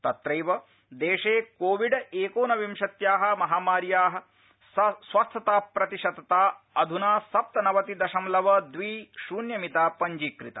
तत्रैव देशे कोविड एकोनविंशत्याः महामार्या स्वस्थताप्रतिशतता अध्यना सप्तनवति दशमलव द्वि शुन्य मिता पंजीकृता